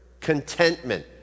contentment